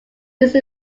these